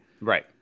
Right